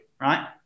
right